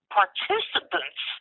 participants